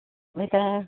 आमफ्राय दा